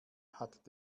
hat